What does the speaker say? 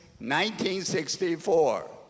1964